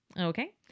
okay